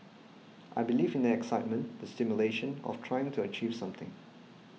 I believe in the excitement the stimulation of trying to achieve something